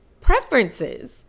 preferences